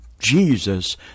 Jesus